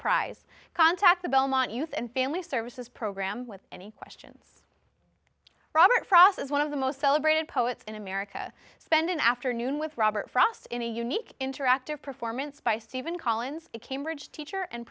prize contacts the belmont youth and family services program with any questions robert frost is one of the most celebrated poets in america spend an afternoon with robert frost in a unique interactive performance by steven collins a cambridge teacher and